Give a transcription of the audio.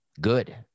good